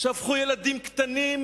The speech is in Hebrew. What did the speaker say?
שהפכו ילדים קטנים,